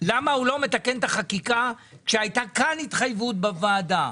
למה הוא לא מתקן את החקיקה כשהייתה כאן התחייבות בוועדה?